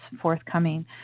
forthcoming